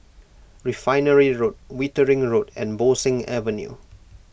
Refinery Road Wittering Road and Bo Seng Avenue